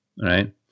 right